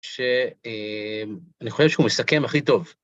שאני חושב שהוא מסכם הכי טוב.